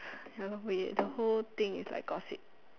ya lor the whole thing is like gossip